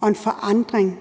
og en forandring,